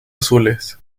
azules